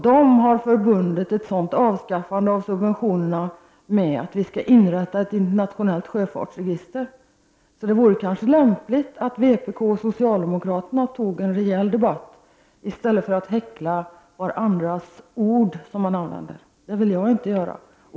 De har förbundit ett sådant avskaffande av subventionerna med att vi skall inrätta ett internationellt sjöfartsregister. Det vore kanske lämpligt om vpk och socialdemokraterna hade en rejäl debatt, i stället för att häckla varandras ord. Det vill jag inte göra.